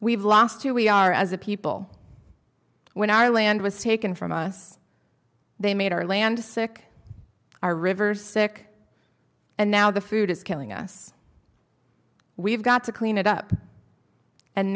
we've lost who we are as a people when i land was taken from us they made our land sick our rivers sick and now the food is killing us we've got to clean it up and